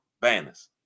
Banners